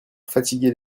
fatiguer